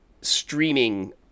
streaming